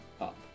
up